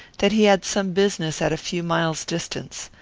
that he had some business at a few miles' distance.